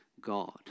God